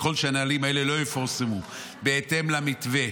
ככל שנהלים אלו לא יפורסמו בהתאם למתווה